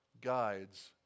Guides